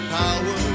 power